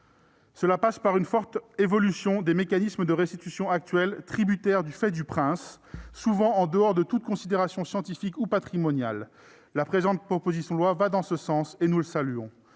Cela passe par une forte évolution des mécanismes de restitution actuels, tributaires du fait du prince, souvent en dehors de toute considération scientifique ou patrimoniale. La présente proposition de loi va dans ce sens, ce que nous saluons.